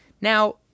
Now